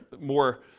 more